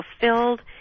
fulfilled